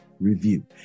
Review